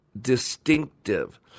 distinctive